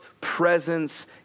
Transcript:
presence